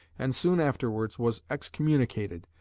and soon afterwards was excommunicated,